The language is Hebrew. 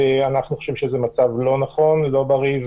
אנחנו חושבים שזה מצב לא נכון ולא בריא,